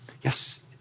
Yes